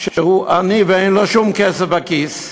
שהוא עני ואין לו שום כסף בכיס.